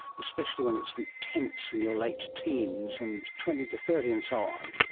especially when it's intense in your late teens and twenty to thirty and so on.